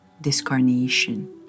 discarnation